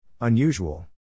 Unusual